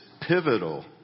pivotal